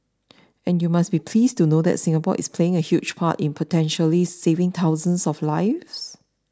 and you must be pleased to know that Singapore is playing a huge part in potentially saving thousands of lives